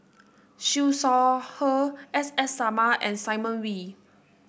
Siew Shaw Her S S Sarma and Simon Wee